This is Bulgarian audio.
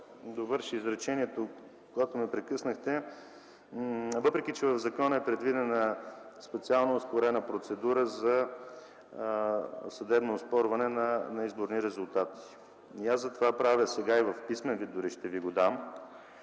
довърша изречението, когато ме прекъснахте – въпреки че в закона е предвидена специално ускорена процедура за съдебно оспорване на изборни резултати. Затова правя предложение – и в писмен вид дори ще Ви го дам: